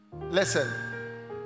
Listen